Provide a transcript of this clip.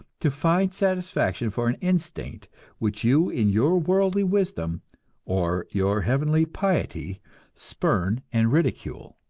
to find satisfaction for an instinct which you in your worldly wisdom or your heavenly piety spurn and ridicule.